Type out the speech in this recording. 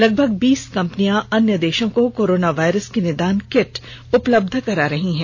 लगभग बीस कंपनियां अन्य देशों को कोरोना वायरस की निदान किट उपलब्ध करा रही हैं